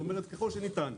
ככל שניתן.